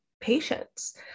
patients